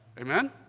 Amen